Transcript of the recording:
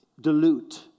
dilute